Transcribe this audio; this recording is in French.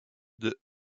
deux